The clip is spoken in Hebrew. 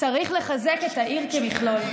אבל צריך לחזק את העיר כמכלול.